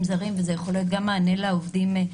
יוכל לקבל מגורמים נוספים.